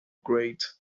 grate